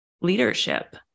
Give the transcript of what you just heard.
leadership